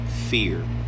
fear